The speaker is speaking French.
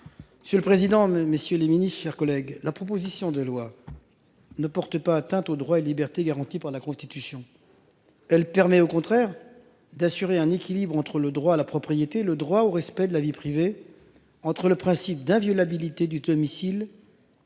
Sur le président. Messieurs les Ministres, chers collègues, la proposition de loi. Ne porte pas atteinte aux droits et libertés garantis par la Constitution. Elle permet au contraire d'assurer un équilibre entre le droit à la propriété, le droit au respect de la vie privée entre le principe d'inviolabilité du domicile.